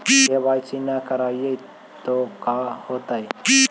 KYC न करवाई तो का हाओतै?